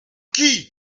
qui